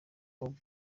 bob